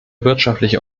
wirtschaftliche